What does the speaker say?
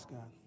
God